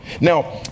now